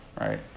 right